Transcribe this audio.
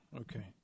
Okay